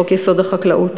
חוק-יסוד: החקלאות,